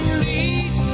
lead